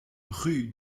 rue